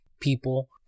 people